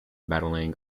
battling